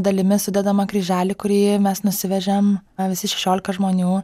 dalimis sudedamą kryželį kurį mes nusivežėm na visi šešiolika žmonių